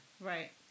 Right